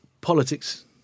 politics